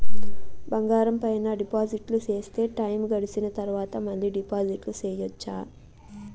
బంగారం పైన డిపాజిట్లు సేస్తే, టైము గడిసిన తరవాత, మళ్ళీ డిపాజిట్లు సెయొచ్చా?